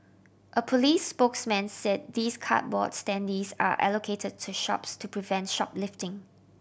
a police spokesman said these cardboard standees are allocated to shops to prevent shoplifting